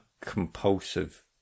compulsive